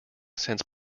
since